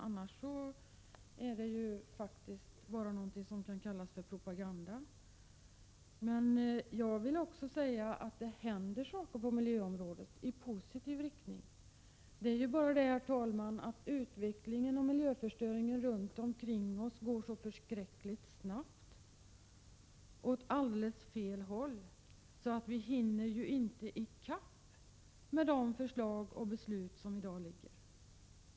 Annars är det faktiskt bara fråga om något som kan kallas för propaganda. Men jag vill också säga att det händer saker på miljöområdet i positiv riktning. Det är bara det, herr talman, att utvecklingen och miljöförstöringen runt omkring oss går så förskräckligt snabbt och åt alldeles fel håll att vi inte hinner i kapp med de förslag och beslut som i dag föreligger.